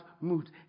mood